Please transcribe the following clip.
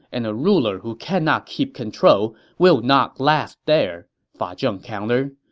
and a ruler who cannot keep control will not last there, fa zheng countered.